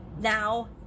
now